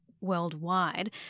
worldwide